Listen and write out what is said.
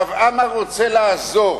הרב עמאר רוצה לעזור.